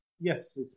yes